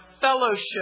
fellowship